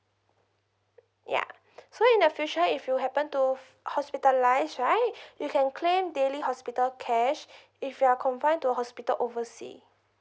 ya so in the future if you happen to hospitalize right you can claim daily hospital cash if you're confined to a hospital oversea